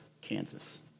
Kansas